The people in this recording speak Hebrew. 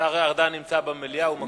השר ארדן נמצא במליאה, הוא מקשיב.